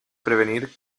prevenir